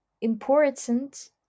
important